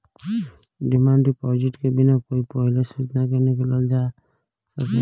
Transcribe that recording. demand deposit के बिना कोई पहिले सूचना के निकालल जा सकेला